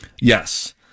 Yes